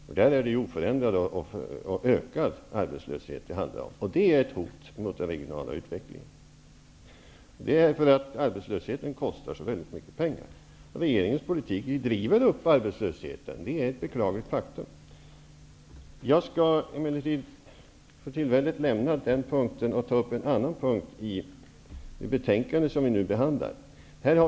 Där handlar det om en oförändrad eller ökad arbetslöshet, och det är ett hot mot den regionala utvecklingen, eftersom arbetslösheten kostar så mycket pengar. Det är ett beklagligt faktum att regeringens politik driver upp arbetslösheten. Jag skall emellertid för tillfället lämna den frågan och ta upp en annan punkt i det betänkande som vi nu behandlar.